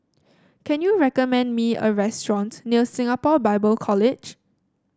can you recommend me a restaurant near Singapore Bible College